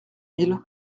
mille